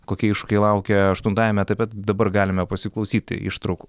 kokie iššūkiai laukia aštuntajame etape dabar galime pasiklausyti ištraukų